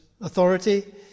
authority